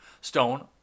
Stone